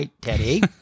Teddy